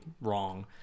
wrong